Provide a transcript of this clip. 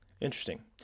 Interesting